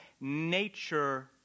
nature